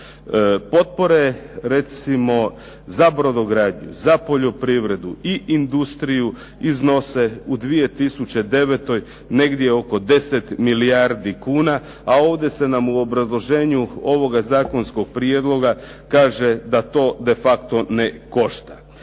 Potpore recimo za brodogradnju, za poljoprivredu i industriju iznose u 2009. negdje oko 10 milijardi kuna, a ovdje ste nam u obrazloženju ovog zakonskog prijedloga kaže da to de facto ne košta.